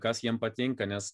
kas jiem patinka nes